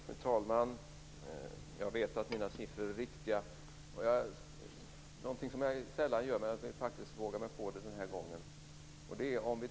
Fru talman! Jag vet att mina siffror är riktiga. Något som jag sällan gör är att uttala mig om framtiden, men jag tror att jag vågar mig på det den här gången.